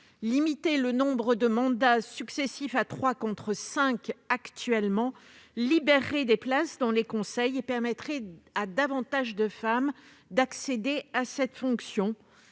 Limiter le nombre de mandats successifs à trois, contre cinq actuellement, libérerait des places dans les conseils et permettrait à davantage de femmes d'accéder à cette fonction.